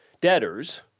debtors